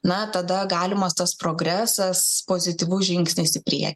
na tada galimas tas progresas pozityvus žingsnis į priekį